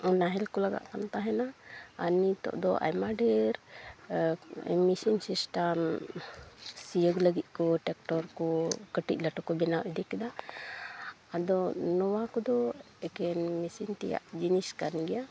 ᱱᱟᱦᱮᱞᱠᱚ ᱞᱟᱜᱟᱜᱠᱟᱱ ᱛᱟᱦᱮᱱᱟ ᱟᱨ ᱱᱤᱛᱚᱜᱫᱚ ᱟᱭᱢᱟ ᱰᱷᱤᱨ ᱢᱮᱥᱤᱱ ᱥᱤᱥᱴᱟᱢ ᱥᱤᱭᱟᱹᱜ ᱞᱟᱹᱜᱤᱫᱠᱚ ᱴᱨᱟᱠᱴᱚᱨ ᱠᱚ ᱠᱟᱹᱴᱤᱡ ᱞᱟᱹᱴᱩᱠᱚ ᱵᱮᱱᱟᱣ ᱤᱫᱤᱠᱮᱫᱟ ᱟᱫᱚ ᱱᱚᱣᱟᱠᱚ ᱫᱚ ᱮᱠᱮᱱ ᱢᱮᱥᱤᱱ ᱛᱮᱭᱟᱜ ᱡᱤᱱᱤᱥ ᱠᱟᱱ ᱜᱮᱭᱟ